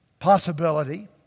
Possibility